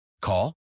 Call